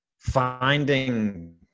finding